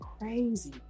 crazy